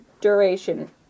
duration